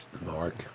Mark